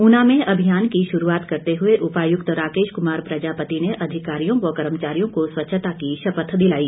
उना में अभियान की शुरूआत करते हुए उपायुक्त राकेश कुमार प्रजापति ने अधिकारियों व कर्मचारियों को स्वच्छता की शपथ दिलाई